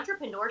entrepreneurship